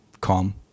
Calm